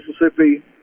Mississippi